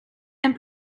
and